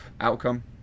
outcome